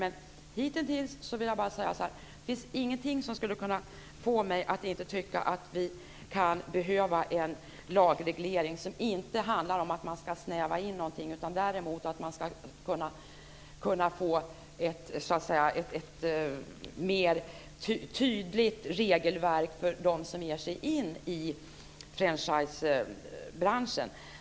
Men hitintills finns det ingenting som skulle kunna få mig att inte tycka att vi kan behöva en lagreglering som inte handlar om att snäva in någonting men däremot handlar om att få ett mer tydligt regelverk för dem som ger sig in i franchisebranschen.